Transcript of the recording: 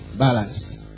balance